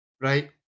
right